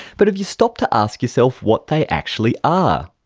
but have you stopped to ask yourself what they actually are?